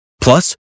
Plus